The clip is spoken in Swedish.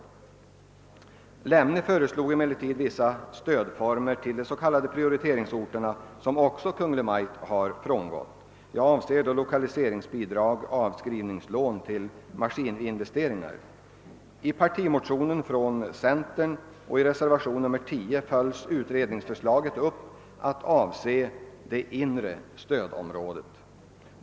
Herr Lemne föreslog emellertid vissa stödformer till de s.k. prioriteringsorterna som Kungl. Maj:t har frångått. Jag avser lokaliseringsbidrag/avskrivningslån till maskininvesteringar. I en partimotion från centern och i reservationen 10 vid statsutskottets utlåtande nr 103 följs utredningsförslaget upp att avse det inre stödområdet.